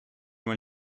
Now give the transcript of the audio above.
when